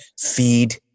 Feed